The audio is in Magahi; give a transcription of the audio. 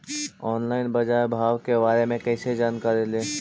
ऑनलाइन बाजार भाव के बारे मे कैसे जानकारी ली?